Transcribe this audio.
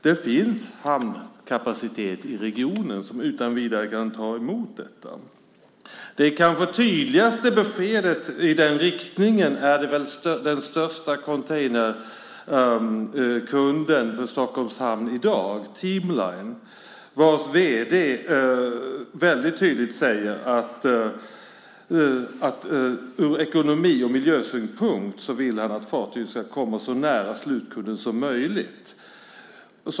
Det finns hamnkapacitet i regionen som utan vidare kan ta emot fartyg. Det kanske tydligaste beskedet i den riktningen har givits av den största containerkunden hos Stockholms Hamn AB i dag, Team Lines, vars vd tydligt säger att ur ekonomisk synpunkt och miljösynpunkt vill han att fartygen ska komma så nära slutkunden som möjligt.